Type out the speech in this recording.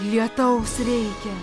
lietaus reikia